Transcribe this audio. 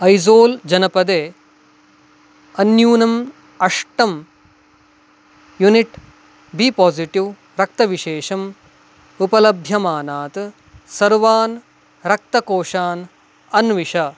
ऐसोल् जनपदे अन्यूनं अष्टं युनिट् बी पासिटीव् रक्तविशेषम् उपलभ्यमानात् सर्वान् रक्तकोषान् अन्विष